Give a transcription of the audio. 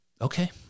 Okay